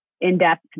in-depth